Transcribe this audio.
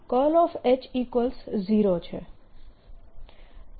તો હું